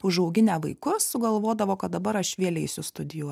užauginę vaikus sugalvodavo kad dabar aš vėl eisiu studijuot